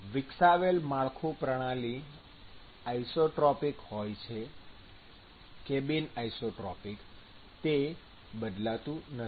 વિકસાવેલ માળખું પ્રણાલી આઇસોટ્રોપિક હોય કે બિન આઇસોટ્રોપિક તે બદલાતું નથી